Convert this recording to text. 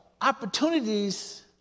opportunities